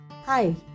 Hi